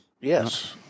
Yes